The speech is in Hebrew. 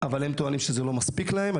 הם טוענים שזה לא מספיק להם.